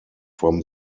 from